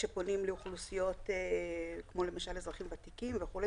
כשפונים לאוכלוסיות כמו אזרחים ותיקים וכולי,